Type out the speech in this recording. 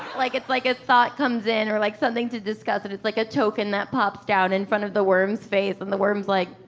like, it's, like, a thought comes in or, like, something to discuss and it's, like, a token that pops down in front of the worm's face and the worm's like.